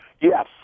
Yes